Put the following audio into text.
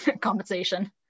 compensation